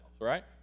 right